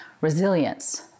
resilience